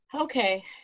Okay